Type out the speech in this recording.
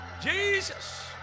Jesus